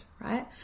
right